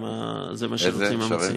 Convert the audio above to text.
אם זה מה שהמציעים רוצים.